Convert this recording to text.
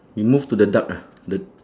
you move to the duck ah the